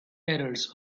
errors